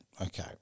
Okay